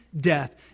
death